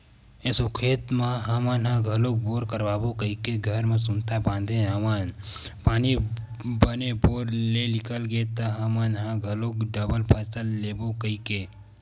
एसो खेत म हमन ह घलोक बोर करवाबो कहिके घर म सुनता बांधे हन पानी बने बोर ले निकल गे त हमन ह घलोक डबल फसल ले लेबो कहिके